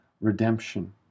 redemption